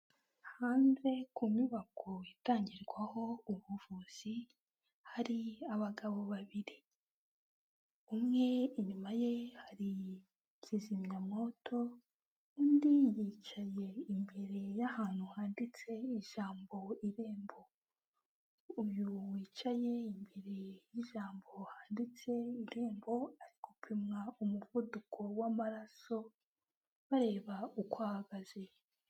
Hanze ku nyubako itangirwaho ubuvuzi, hari abagabo babiri, umwe inyuma ye hari kizimyamwoto, undi yicaye imbere y'ahantu handitse ijambo irembo, uyu wicaye imbere y'ijambo handitse indirimbo ari gupimwa umuvuduko w'amaraso bareba uko ahagaze.